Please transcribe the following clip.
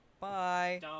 Bye